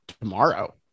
tomorrow